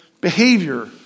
behavior